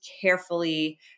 carefully